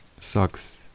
Sucks